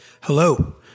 Hello